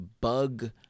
bug